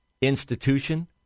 institution